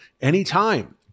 anytime